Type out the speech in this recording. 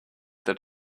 that